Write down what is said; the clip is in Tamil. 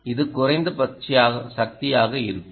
இது குறைந்தபட்ச சக்தியாக இருக்கும்